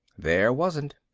there wasn't.